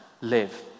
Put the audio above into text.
live